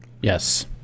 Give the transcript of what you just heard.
Yes